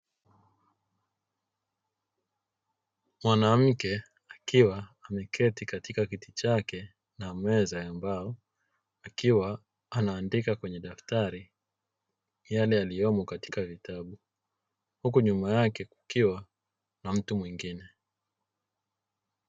Mwanamke akiwa ameketi katika kiti chake na meza ya mbao akiwa anaandika kwenye daftari yale yaliyomo katika kitabu, huku nyuma yake kukiwa na mtu mwingine.